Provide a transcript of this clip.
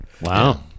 Wow